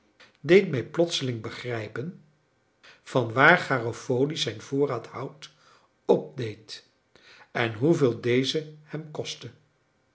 deed mij plotseling begrijpen vanwaar garofoli zijn voorraad hout opdeed en hoeveel deze hem kostte